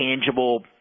tangible